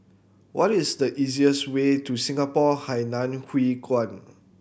what is the easiest way to Singapore Hainan Hwee Kuan